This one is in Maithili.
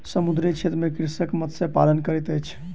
समुद्रीय क्षेत्र में कृषक मत्स्य पालन करैत अछि